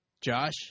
Josh